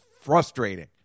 frustrating